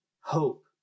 Hope